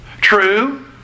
true